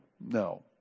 No